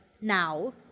now